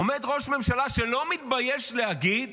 עומד ראש ממשלה שלא מתבייש להגיד